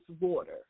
water